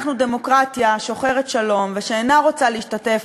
אנחנו דמוקרטיה שוחרת שלום שאינה רוצה להשתתף,